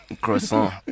Croissant